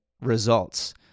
results